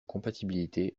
compatibilité